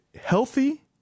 healthy